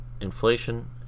inflation